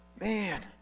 Man